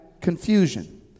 confusion